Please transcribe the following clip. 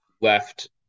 left